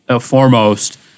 foremost